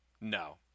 no